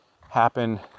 happen